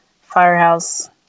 firehouse